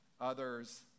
others